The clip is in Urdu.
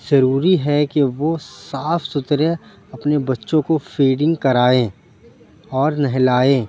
ضروری ہے کہ وہ صاف سُتھرے اپنے بچوں کو فیڈنگ کرائیں اور نہلائیں